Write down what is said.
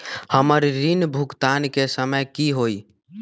हमर ऋण भुगतान के समय कि होई?